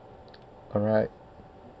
alright